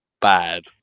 bad